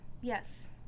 yes